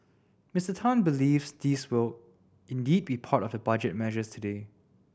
Mister Tan believes these will indeed be part of the Budget measures today